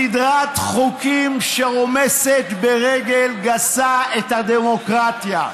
סדרת חוקים שרומסת ברגל גסה את הדמוקרטיה.